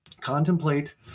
contemplate